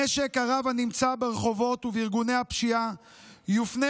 נשק הקרב הנמצא ברחובות ובארגוני הפשיעה יופנה